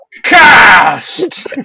Cast